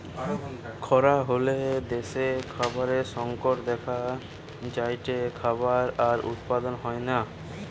খরা হলে দ্যাশে খাবারের সংকট দেখা যায়টে, খাবার আর উৎপাদন হয়না